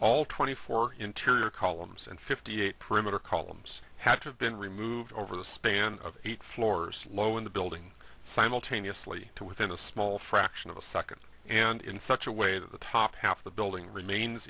all twenty four interior columns and fifty eight perimeter columns had to have been removed over the span of eight floors low in the building simultaneously to within a small fraction of a second and in such a way that the top half of the building remains